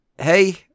hey